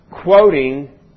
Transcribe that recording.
quoting